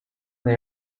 they